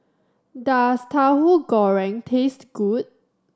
does Tauhu Goreng taste good